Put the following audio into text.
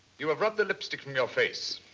you have rubbed the lipstick from your face